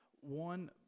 one